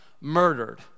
murdered